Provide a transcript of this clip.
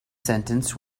sentence